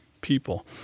people